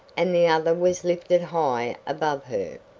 and the other was lifted high above her.